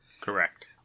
Correct